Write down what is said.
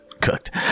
cooked